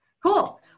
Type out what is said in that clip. Cool